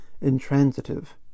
intransitive